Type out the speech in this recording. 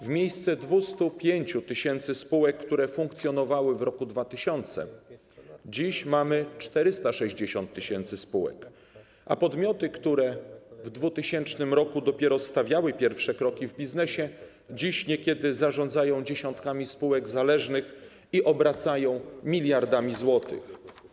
W miejsce 205 tys. spółek, które funkcjonowały w roku 2000, dziś mamy 460 tys. spółek, a podmioty, które w 2000 r. dopiero stawiały pierwsze kroki w biznesie, dziś niekiedy zarządzają dziesiątkami spółek zależnych i obracają miliardami złotych.